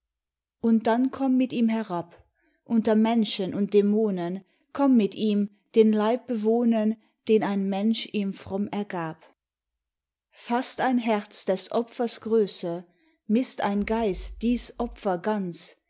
und dann komm mit ihm herab unter menschen und dämonen komm mit ihm den leib bewohnen den ein mensch ihm fromm ergab faßt ein herz des opfers größe mißt ein geist dies opfer ganz